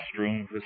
restroom